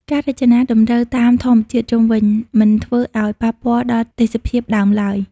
ការរចនាតម្រូវតាមធម្មជាតិជុំវិញ មិនធ្វើឱ្យប៉ះពាល់ដល់ទេសភាពដើមឡើយ។